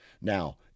Now